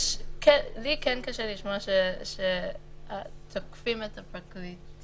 לי כן קשה לשמוע שתוקפים את הפרקליטים